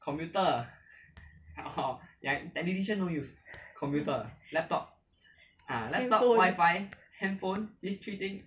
handphone